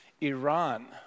Iran